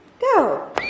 go